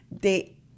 de